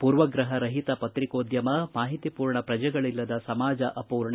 ಪೂರ್ವಗ್ರಹ ರಹಿತ ಪತ್ರಿಕೋದ್ಯಮ ಮಾಹಿತಿಪೂರ್ಣ ಪ್ರಜೆಗಳಲ್ಲದ ಸಮಾಜ ಅಪೂರ್ಣ